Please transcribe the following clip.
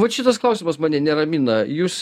vat šitas klausimas mane neramina jūs